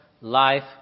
life